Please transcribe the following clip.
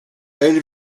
elle